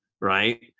right